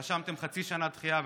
רשמתם חצי שנה דחייה,